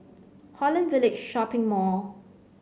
Holland Village Shopping Mall